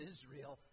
Israel